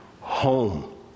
home